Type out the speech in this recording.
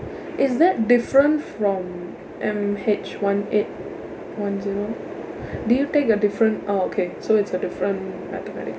is that different from M H one eight one zero did you take a different oh okay so it's a different mathematic